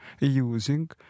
using